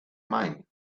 mind